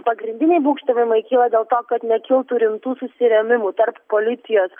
pagrindiniai būgštavimai kyla dėl to kad nekiltų rimtų susirėmimų tarp policijos